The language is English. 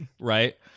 right